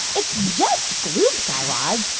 it's just gloop, guy raz.